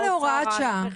וזה היה להוראת שעה.